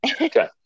Okay